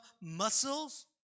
muscles